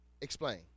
Explain